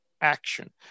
action